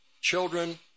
children